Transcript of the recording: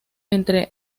entre